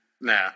Nah